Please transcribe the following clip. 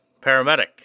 paramedic